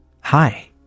hi